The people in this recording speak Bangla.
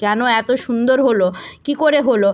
কেন এত সুন্দর হলো কী করে হলো